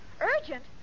urgent